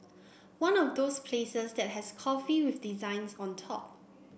one of those places that has coffee with designs on top